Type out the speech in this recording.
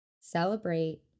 Celebrate